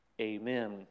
Amen